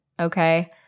Okay